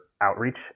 outreach